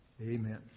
Amen